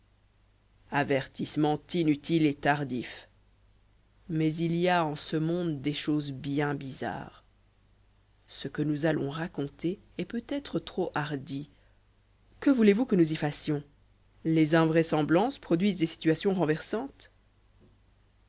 avertissement inutile et tardif mais il y a en ce monde des choses bien bizarres ce que nous allons raconter est peut-être trop hardi que voulez-vous que nous y fassions les invraisemblances produisent des situations renversantes